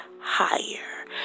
higher